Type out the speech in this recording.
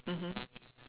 mmhmm